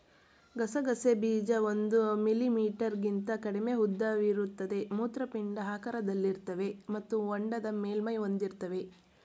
ಗಸಗಸೆ ಬೀಜ ಒಂದು ಮಿಲಿಮೀಟರ್ಗಿಂತ ಕಡಿಮೆ ಉದ್ದವಿರುತ್ತವೆ ಮೂತ್ರಪಿಂಡ ಆಕಾರದಲ್ಲಿರ್ತವೆ ಮತ್ತು ಹೊಂಡದ ಮೇಲ್ಮೈ ಹೊಂದಿರ್ತವೆ